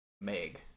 Meg